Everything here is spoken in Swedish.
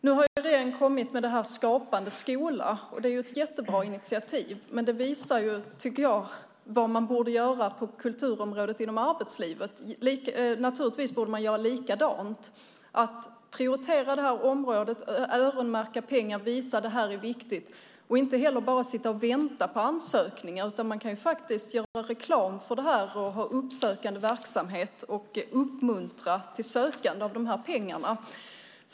Nu har regeringen kommit med Skapande skola, och det är ett jättebra initiativ. Det visar vad man borde göra med kulturen inom arbetslivet. Naturligtvis borde man göra likadant och prioritera det här området, öronmärka pengar och visa att det här är viktigt, inte bara sitta och vänta på ansökningar. Man kan göra reklam för det här, ha uppsökande verksamhet och uppmuntra till sökande av pengar.